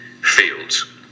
fields